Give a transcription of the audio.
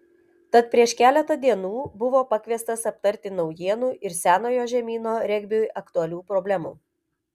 tad prieš keletą dienų buvo pakviestas aptarti naujienų ir senojo žemyno regbiui aktualių problemų